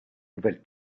nouvelles